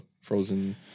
frozen